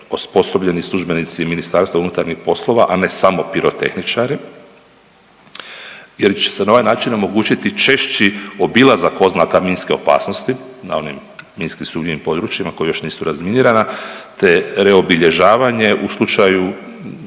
osposobljeni službenici Ministarstva unutarnjih poslova, a ne samo pirotehničari jer će se na ovaj na ovaj način omogućiti češći obilazak oznaka minske opasnosti na onim minski sumnjivim područjima koji još nisu razminirana te reobilježavanje u slučaju